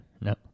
No